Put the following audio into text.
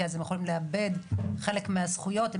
כי אז הם יכולים לאבד חלק מהזכויות אם